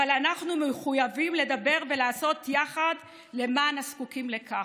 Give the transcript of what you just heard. אבל אנחנו מחויבים לדבר ולעשות יחד למען הזקוקים לכך.